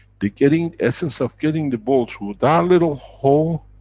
the getting. essence of getting the ball through that little hole.